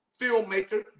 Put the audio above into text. filmmaker